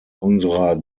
unserer